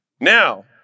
Now